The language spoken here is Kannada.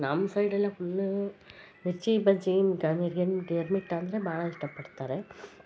ನಮ್ಮ ಸೈಡೆಲ್ಲ ಫುಲ್ ಮಿರ್ಚಿ ಬಜ್ಜಿ ಗಿರ್ಮಿಟಂದರೆ ಭಾಳ ಇಷ್ಟ ಪಡ್ತಾರೆ